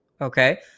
okay